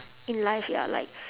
in life ya like